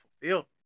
fulfillment